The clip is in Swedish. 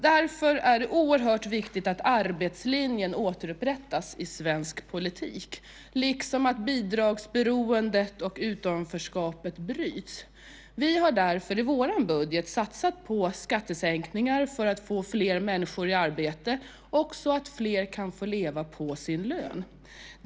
Därför är det oerhört viktigt att arbetslinjen återupprättas i svensk politik liksom att bidragsberoendet och utanförskapet bryts. Vi har därför i vår budget satsat på skattesänkningar för att få fler människor i arbete och så att fler kan leva på sin lön.